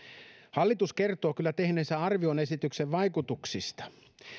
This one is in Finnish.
hallitus kertoo kyllä tehneensä arvion esityksen vaikutuksista